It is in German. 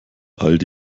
aldi